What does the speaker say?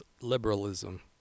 liberalism